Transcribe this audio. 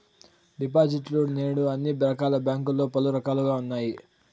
డిపాజిట్లు నేడు అన్ని రకాల బ్యాంకుల్లో పలు రకాలుగా ఉన్నాయి